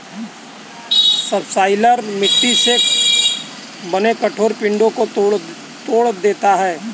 subsoiler मिट्टी से बने कठोर पिंडो को तोड़ देता है